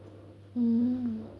mm